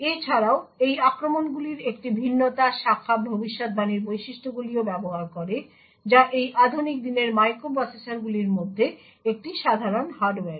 এছাড়াও এই আক্রমণগুলির একটি ভিন্নতা শাখা ভবিষ্যদ্বাণীর বৈশিষ্ট্যগুলিও ব্যবহার করে যা এই আধুনিক দিনের মাইক্রোপ্রসেসরগুলির মধ্যে একটি সাধারণ হার্ডওয়্যার